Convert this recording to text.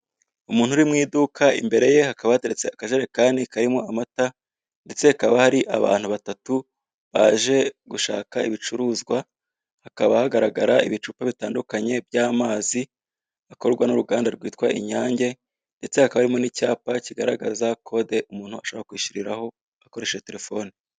Umuntu uri mu iduka imbere ye hakaba hateretse akajerekani karimo amata, ndetse hakaba hari abantu batatu baje gushaka ibicuruzwa, hakaba hagaragara ibicuruzwa bitandukanye by'amazi, bikorwa n'uruganda rwitwa inyange ndetse hakaba harimo icyapa kigaragaza kode umuntu ashobara keishyuriraho akoresheje telefone.